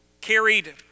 carried